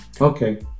okay